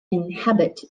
inhabit